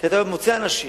כי אתה מוצא אנשים,